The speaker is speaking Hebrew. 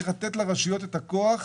צריך לתת לרשויות את הכוח,